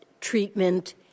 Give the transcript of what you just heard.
treatment